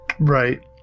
Right